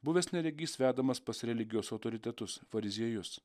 buvęs neregys vedamas pas religijos autoritetus fariziejus